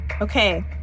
Okay